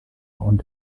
und